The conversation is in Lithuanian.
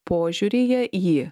požiūryje į